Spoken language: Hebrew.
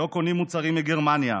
לא קונים מוצרים מגרמניה,